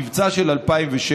המבצע של 2016,